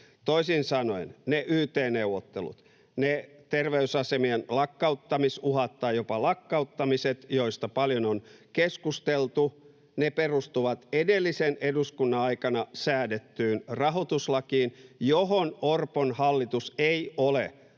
Toisin sanoen ne yt-neuvottelut ja ne terveysasemien lakkauttamisuhat tai jopa lakkauttamiset, joista paljon on keskusteltu, perustuvat edellisen eduskunnan aikana säädettyyn rahoituslakiin, johon Orpon hallitus ei ole, ainakaan